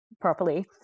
properly